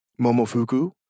Momofuku